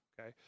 okay